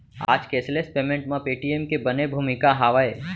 आज cashless payment म Paytm के बने भूमिका हावय